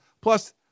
Plus